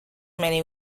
many